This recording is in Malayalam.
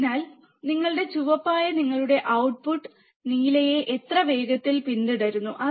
അതിനാൽ നിങ്ങളുടെ ചുവപ്പായ നിങ്ങളുടെ ഔട്ട്പുട്ട് നിങ്ങളുടെ നീലയെ എത്ര വേഗത്തിൽ പിന്തുടരുന്നു